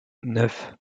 neuf